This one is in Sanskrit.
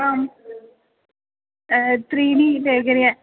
आं त्रीणि डेगरिय